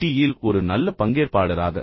யில் ஒரு நல்ல பங்கேற்பாளராக மாறுவேன்